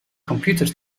computer